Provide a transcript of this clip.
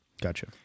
Gotcha